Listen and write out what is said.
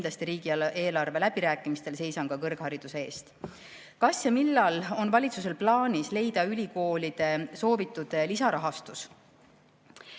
Kindlasti ma riigieelarve läbirääkimistel seisan ka kõrghariduse eest. "Kas ja millal on valitsusel plaanis leida ülikoolide soovitud lisarahastus?"